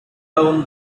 down